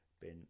Ben